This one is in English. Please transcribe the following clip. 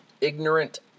ignorant